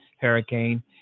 Hurricane